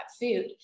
food